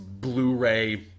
blu-ray